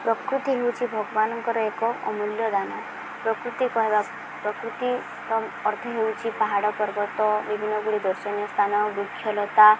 ପ୍ରକୃତି ହେଉଛି ଭଗବାନଙ୍କର ଏକ ଅମୂଲ୍ୟ ଦାନ ପ୍ରକୃତି କହିବା ପ୍ରକୃତି ଅର୍ଥ ହେଉଛିି ପାହାଡ଼ ପର୍ବତ ବିଭିନ୍ନ ଗୁଡ଼ିଏ ଦର୍ଶନୀୟ ସ୍ଥାନ ବୃକ୍ଷଲତା